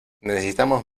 necesitamos